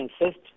insist